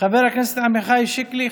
חבר הכנסת עמיחי שיקלי,